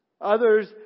Others